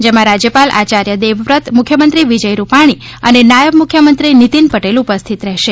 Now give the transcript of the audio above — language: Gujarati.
જેમાં રાજ્યપાલ આચાર્ય દેવવ્રત મુખ્યમંત્રી વિજય રૂપાણી અને નાયબ મુખ્યમંત્રી નીતીન પટેલ ઉપસ્થિત રહેશે